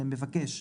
המבקש,